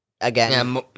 again